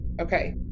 Okay